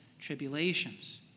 tribulations